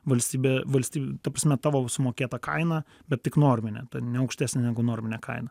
valstybė valstybė ta prasme tavo sumokėtą kainą bet tik norminę tad ne aukštesnę negu norminę kainą